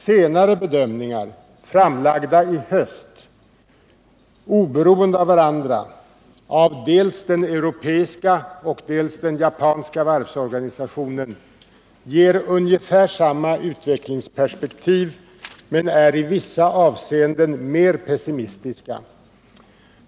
Senare bedömningar, framlagda i höst och oberoende av varandra, av dels den europeiska, dels den japanska varvsorganisationen, ger ungefär samma utvecklingsperspektiv men är i vissa avseenden mer pessimistiska.